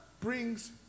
brings